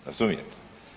Razumijete?